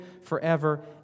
forever